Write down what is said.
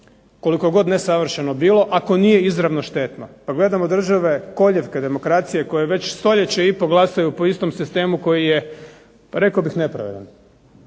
Koliko god nesavršeno bilo, ako nije izravno štetno. Pa gledamo države kolijevke demokracije, koje već stoljeće i pol glasaju po istom sistemu koji je rekao bih nepravilan,